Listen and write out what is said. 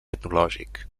etnològic